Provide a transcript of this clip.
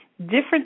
different